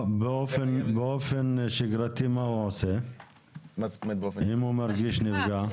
באופן שגרתי מה הוא עושה אם הוא מרגיש נפגע?